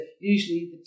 usually